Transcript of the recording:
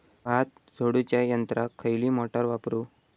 भात झोडूच्या यंत्राक खयली मोटार वापरू?